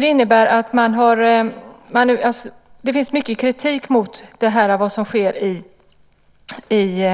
Det innebär att det finns mycket kritik mot det som sker i